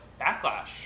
backlash